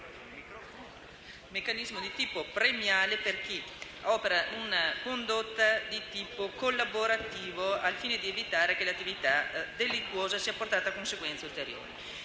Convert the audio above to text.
meccanismo premiale per chi opera una condotta di tipo collaborativo al fine di evitare che l'attività delittuosa sia portata a conseguenze ulteriori.